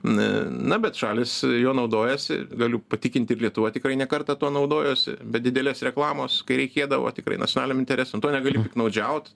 na na bet šalys juo naudojasi galiu patikinti ir lietuva tikrai ne kartą tuo naudojosi bet didelės reklamos kai reikėdavo tikrai nacionaliniam interesam tuo negali piktnaudžiaut